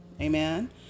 Amen